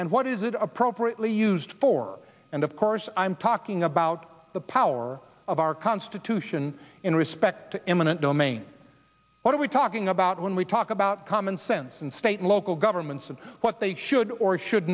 and what is it appropriately used for and of course i'm talking about the power of our constitution in respect to eminent domain what are we talking about when we talk about common sense and state and local governments and what they should or should